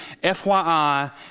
FYI